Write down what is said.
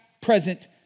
present